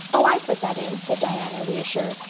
oh, i put that in, said diana, reassured.